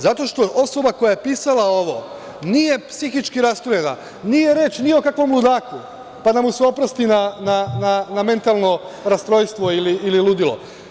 Zato što osoba koja je pisala ovo nije psihički rastrojena, nije reč ni o kakvom ludaku, pa da mu se oprosti na mentalno rastrojstvo ili ludilo.